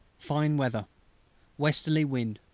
fine weather westerly wind.